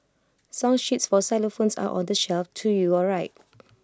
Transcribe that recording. song sheets for xylophones are on the shelf to your right